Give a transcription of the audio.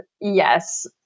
yes